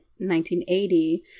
1980